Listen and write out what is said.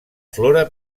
flora